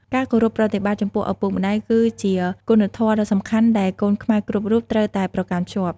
ការគោរពប្រតិបត្តិចំពោះឪពុកម្ដាយ គឺជាគុណធម៌ដ៏សំខាន់ដែលកូនខ្មែរគ្រប់រូបត្រូវតែប្រកាន់ខ្ជាប់។